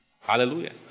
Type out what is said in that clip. Hallelujah